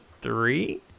three